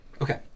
Okay